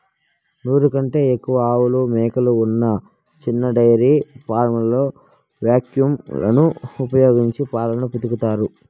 నూరు కంటే ఎక్కువ ఆవులు, మేకలు ఉన్న చిన్న డెయిరీ ఫామ్లలో వాక్యూమ్ లను ఉపయోగించి పాలను పితుకుతారు